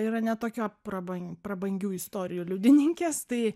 yra ne tokia praban prabangių istorijų liudininkės tai